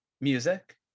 music